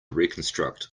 reconstruct